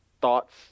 thoughts